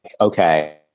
okay